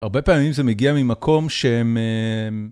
הרבה פעמים זה מגיע ממקום שהם...